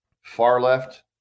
Far-left